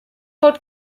pot